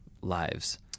lives